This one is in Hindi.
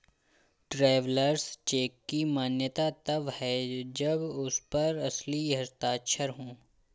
ट्रैवलर्स चेक की मान्यता तब है जब उस पर असली हस्ताक्षर हो